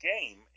game